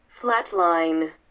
Flatline